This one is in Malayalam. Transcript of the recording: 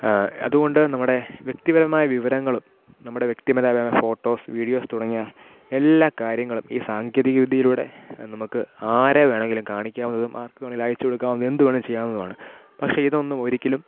അത്കൊണ്ട് നമ്മുടെ വ്യക്തിപരമായ വിവരങ്ങളും നമ്മുടെ വ്യക്തിപരമായ ഫോട്ടോസ് വീഡിയോസ് തുടങ്ങിയ എല്ലാ കാര്യങ്ങളും ഈ സാങ്കേതികവിദ്യയിലൂടെ നമുക്ക് ആരെ വേണമെങ്കിലും കാണിക്കാവുന്നതും ആർക്ക് വേണമെങ്കിലും അയച്ചു കൊടുക്കാവുന്ന എന്ത് വേണേലും ചെയ്യാവുന്നതുമാണ് പക്ഷെ ഇതൊന്നും ഒരിക്കലും